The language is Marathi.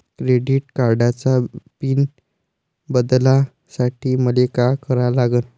क्रेडिट कार्डाचा पिन बदलासाठी मले का करा लागन?